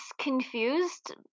confused